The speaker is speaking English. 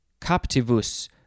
captivus